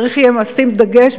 צריך יהיה לשים דגש,